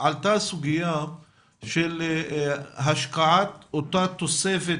עלתה סוגיה של השקעת אותה תוספת